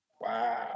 Wow